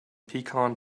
pecan